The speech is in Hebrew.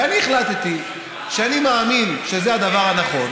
ואני החלטתי שאני מאמין שזה הדבר הנכון